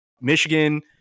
Michigan